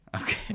Okay